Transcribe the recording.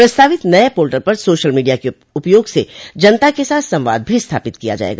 प्रस्तावित नये पोर्टल पर सोशल मीडिया के उपयोग से जनता के साथ संवाद भी स्थापित किया जायेगा